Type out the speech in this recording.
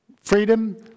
freedom